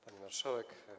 Pani Marszałek!